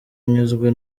anyuzwe